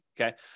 Okay